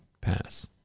pass